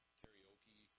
karaoke